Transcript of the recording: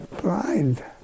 blind